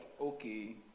Okay